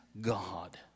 God